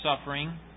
suffering